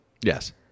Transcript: Yes